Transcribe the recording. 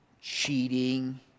cheating